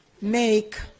make